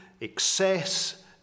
excess